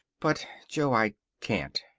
but, jo, i can't.